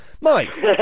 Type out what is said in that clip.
Mike